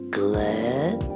glad